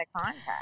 contact